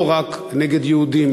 לא רק נגד יהודים,